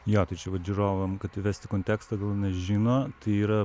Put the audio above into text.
jo tai čia vat žiūrovam kad įvest į kontekstą gal nežino tai yra